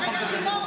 רגע, היא לא שמעה.